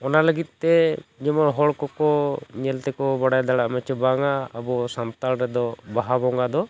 ᱚᱱᱟ ᱞᱟᱹᱜᱤᱫ ᱛᱮ ᱡᱮᱢᱚᱱ ᱦᱚᱲ ᱠᱚᱠᱚ ᱧᱮᱞ ᱛᱮᱠᱚ ᱵᱟᱲᱟᱭ ᱫᱟᱲᱮᱭᱟᱜ ᱱᱟ ᱥᱮ ᱵᱟᱝᱟ ᱟᱵᱚ ᱥᱟᱱᱛᱟᱲ ᱨᱮᱫᱚ ᱵᱟᱦᱟ ᱵᱚᱸᱜᱟ ᱫᱚ